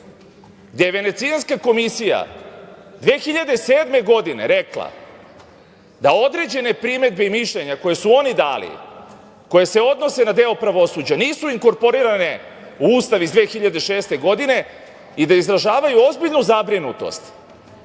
gde je Venecijanska komisija 2007. godine rekla da određene primedbe i mišljenja koja su oni dali, koje se odnose na deo pravosuđa, nisu inkorporirane u Ustav iz 2006. godine i da izražavaju ozbiljnu zabrinutost